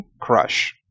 crush